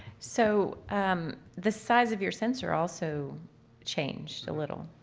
so um the size of your sensor also changed a little?